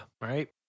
right